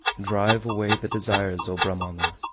drive away the desires, o brahmana!